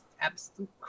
absolute